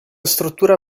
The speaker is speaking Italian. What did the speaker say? struttura